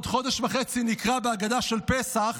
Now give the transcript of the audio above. עוד חודש וחצי נקרא בהגדה של פסח